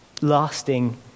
lasting